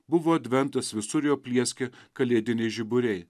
buvo adventas visur jau plieskė kalėdiniai žiburiai